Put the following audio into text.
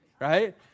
right